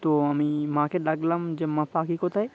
তো আমি মাকে ডাকলাম যে মা পা কি কোথায়